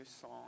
song